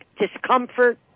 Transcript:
Discomfort